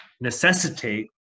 necessitate